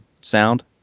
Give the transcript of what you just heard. sound